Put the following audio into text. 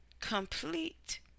complete